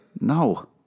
No